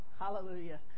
Hallelujah